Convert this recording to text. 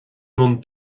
mbun